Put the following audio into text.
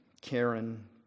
Karen